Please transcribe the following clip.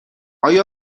آیا